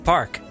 Park